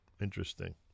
Interesting